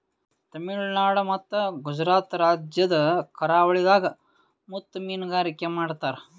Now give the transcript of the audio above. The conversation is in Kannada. ತಮಿಳುನಾಡ್ ಮತ್ತ್ ಗುಜರಾತ್ ರಾಜ್ಯದ್ ಕರಾವಳಿದಾಗ್ ಮುತ್ತ್ ಮೀನ್ಗಾರಿಕೆ ಮಾಡ್ತರ್